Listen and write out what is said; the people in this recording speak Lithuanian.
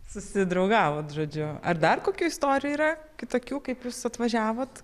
susidraugavot žodžiu ar dar kokių istorijų yra kitokių kaip jūs atvažiavot